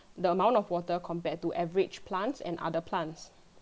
the amount of water compared to average plants and other plants